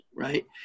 Right